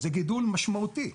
זה גידול משמעותי.